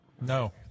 No